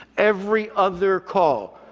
every other call,